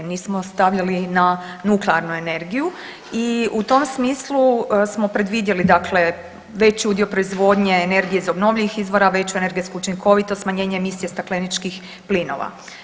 Nismo stavljali na nuklearnu energiju i u tom smislu smo predvidjeli dakle veći udio proizvodnje energije iz obnovljivih izvora, veću energetsku učinkovitost, smanjenje emisije stakleničkih plinova.